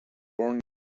born